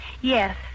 Yes